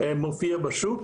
מופיע בשוק,